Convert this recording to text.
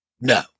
No